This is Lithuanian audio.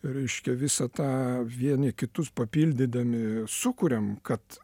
reiškia visą tą vieni kitus papildydami sukuriam kad